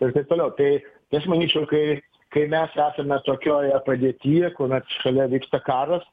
ir taip toliau tai tai aš manyčiau kai kai mes esame tokioje padėtyje kuomet šalia vyksta karas